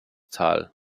tal